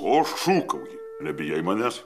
ko šūkauji nebijai manęs